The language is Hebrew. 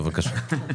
בבקשה.